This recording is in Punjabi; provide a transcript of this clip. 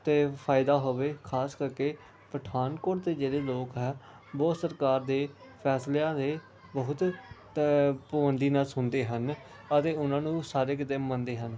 ਅਤੇ ਫਾਇਦਾ ਹੋਵੇ ਖ਼ਾਸ ਕਰਕੇ ਪਠਾਨਕੋਟ ਦੇ ਜਿਹੜੇ ਲੋਕ ਹੈ ਬਹੁਤ ਸਰਕਾਰ ਦੇ ਫੈਸਲਿਆਂ ਦੇ ਬਹੁਤ ਪਬੰਦੀ ਨਾਲ ਸੁਣਦੇ ਹਨ ਅਤੇ ਉਹਨਾਂ ਨੂੰ ਸਾਰੇ ਕਿਤੇ ਮੰਨਦੇ ਹਨ